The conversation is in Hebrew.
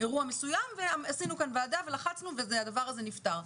אירוע מסוים ועשינו כאן ועדה ולחצנו והדבר הזה נפתר,